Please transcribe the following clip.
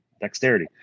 dexterity